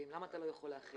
למה אתה לא יכול להחיל את זה?